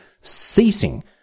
ceasing